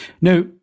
Now